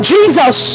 Jesus